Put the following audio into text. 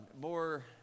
more